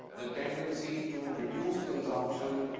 the tendency to reduce consumption,